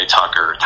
Tucker